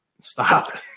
stop